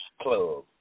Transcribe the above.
club